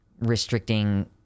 restricting